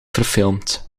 verfilmd